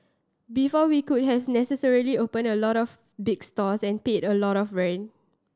before we could has necessarily opened a lot of big stores and paid a lot of rent